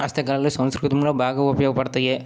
హస్తకళలు సంస్కృతిలో బాగా ఉపయోగపడుతాయి